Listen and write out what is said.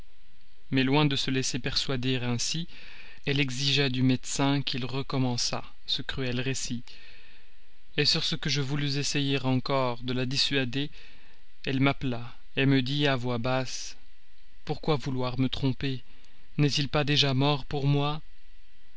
mais loin de se laisser persuader ainsi elle exigea de son médecin qu'il recommençât ce cruel récit sur ce que je voulus essayer encore de la dissuader elle m'appela me dit à voix basse pourquoi vouloir me tromper n'était-il pas déjà mort pour moi